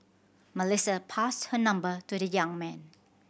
Melissa passed her number to the young man